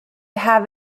have